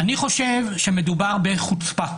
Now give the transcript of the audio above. אני חושב שמדובר בחוצפה.